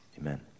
amen